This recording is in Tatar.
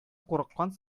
курыккан